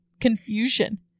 confusion